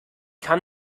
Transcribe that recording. kann